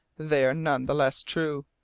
they are none the less true,